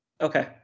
Okay